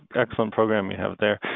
excellent program you have there.